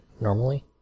normally